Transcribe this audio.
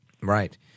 Right